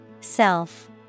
Self